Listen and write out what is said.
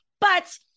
but-